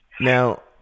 Now